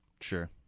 Sure